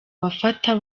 bafata